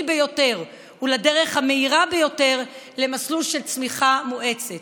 ביותר ולדרך המהירה ביותר למסלול של צמיחה מואצת.